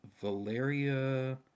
Valeria